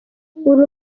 uru